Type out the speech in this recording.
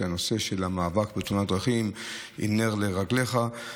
נושא המאבק בתאונות הדרכים הוא נר לרגליך,